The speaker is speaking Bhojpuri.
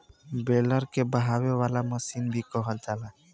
बेलर के बहावे वाला मशीन भी कहल जाला